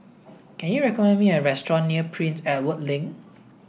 can you recommend me a restaurant near Prince Edward Link